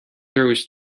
throws